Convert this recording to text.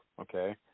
okay